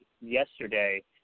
yesterday